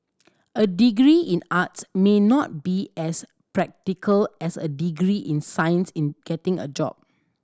a degree in arts may not be as practical as a degree in science in getting a job